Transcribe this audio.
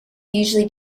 usually